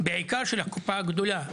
בעיקר של הקופה הגדולה,